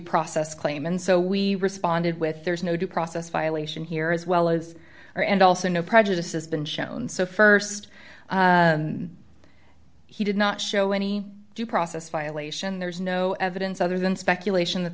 process claim and so we responded with there's no due process violation here as well as her and also no prejudices been shown so st he did not show any due process violation there is no evidence other than speculation that